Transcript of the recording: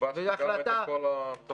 דיברתי גם על כל התוכנית.